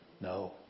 No